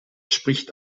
spricht